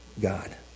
God